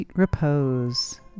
repose